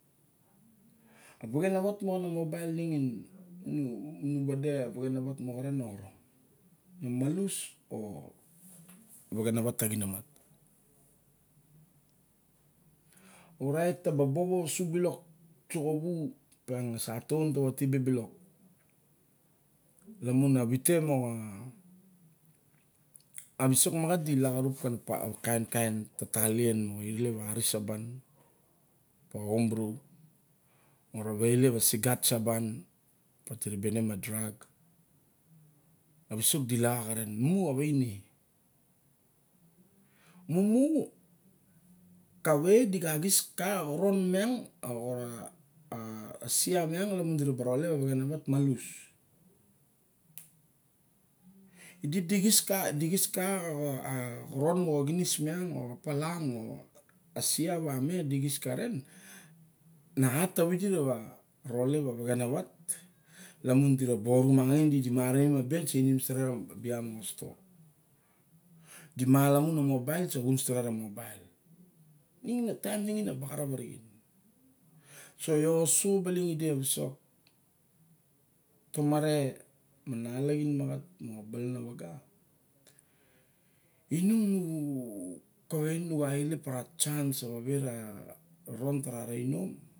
A vexena wat moxa kun mible nixin nii- nii vade a vexenawat moxaren na malus o venexawat taxin omat. Orait ta ba bobo usu bilok u so xawa opiang e sa- ataun ta va tibe bilok camun a vite ra wa visok maxat dip laxarap kana kain kain talien, moxa ilep a hari saban. A home bru, ma ra wa ilep a sigat saban, diribe ne ma drak a visok di laxa xa ren, mu a vaine? Mumukawei di ka xis ka xa xoron miang. A xorasia miang dira ba ralep a vexenawat malus. Di di xis ka di xoron moxa xinis miang a xoropalang, a siawa miang di xis karen. na hat tamidi ravarodep a vexena wat lamun di ra ba orumangin di marawa inim a bla di sa inim steret a bla moxa stoa. Di malamum a mobile di sa xun steret a mobile. Nixin a taun nixin na bagarap a rixe. so lo ose balin idi a visok tomare, ma nalaxin maxat ka balan na vago. Inung nu kawei nung a chans ra wa vere ron tara ion.